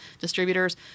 distributors